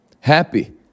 happy